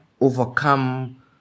overcome